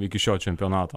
iki šio čempionato